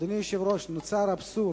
אדוני היושב-ראש, נוצר אבסורד,